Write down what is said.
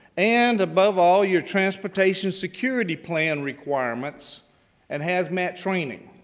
and above all, your transportation security plan requirement and hazmat training.